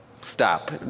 Stop